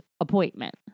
appointment